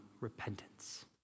repentance